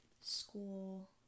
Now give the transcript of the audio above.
school